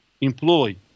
employ